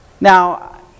Now